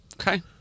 Okay